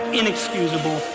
inexcusable